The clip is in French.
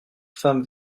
femmes